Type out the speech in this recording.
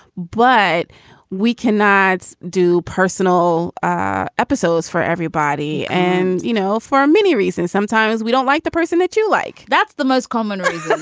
but we cannot do personal ah episodes for everybody. and, you know, for many reasons, sometimes we don't like the person that you like that's the most common reason.